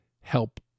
help